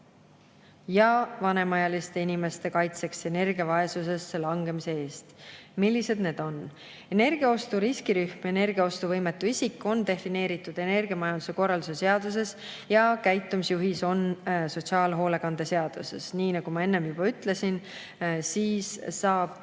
ja vanemaealiste inimeste kaitseks energiavaesusesse langemise eest? Millised need on?" Energiaostu riskirühm ja energiaostuvõimetu isik on defineeritud energiamajanduse korralduse seaduses ja käitumisjuhis on sotsiaalhoolekande seaduses. Nii nagu ma enne juba ütlesin, siis saab